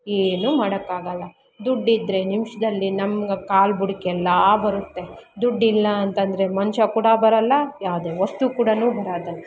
ಏನು ಮಾಡೋಕಾಗಲ್ಲ ದುಡ್ಡಿದ್ದರೆ ನಿಮ್ಷದಲ್ಲಿ ನಮ್ಮ ಕಾಲು ಬುಡಕ್ಕೆ ಎಲ್ಲ ಬರುತ್ತೆ ದುಡ್ಡಿಲ್ಲ ಅಂತಂದರೆ ಮನ್ಷ ಕೂಡ ಬರಲ್ಲ ಯಾವುದೇ ವಸ್ತು ಕೂಡನು ಬರದಲ್ಲ